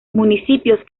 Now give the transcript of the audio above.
municipios